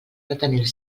retenir